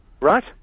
Right